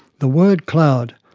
the word cloud,